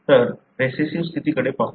तर रिसेस्सीव्ह स्थितीकडे पाहू